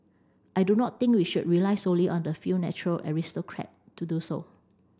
I do not think we should rely solely on the few natural aristocrat to do so